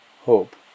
hope